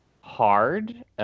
hard